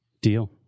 Deal